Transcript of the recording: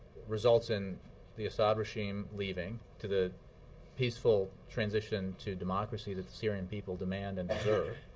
results in the assad regime leaving, to the peaceful transition to democracy that the syrian people demand and deserve,